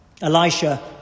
Elisha